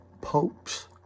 popes